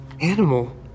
Animal